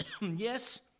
Yes